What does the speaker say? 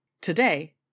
Today